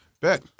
Bet